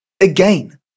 again